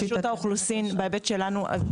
רשות האוכלוסין; מההיבט של המדינה.